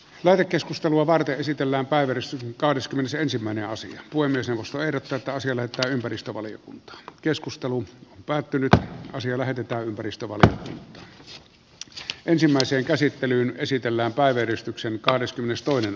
väri keskustelua varten esitellään päivitys kahdeskymmenesensimmäinen asia voi myös ostaa eri rataosilla ympäristövaliokunta keskustelun pääty hyvä asia lähetetään kristovalle sekä ensimmäiseen käsittelyyn esitellään vain tässä lyhyesti